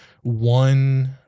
one